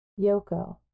Yoko